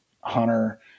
hunter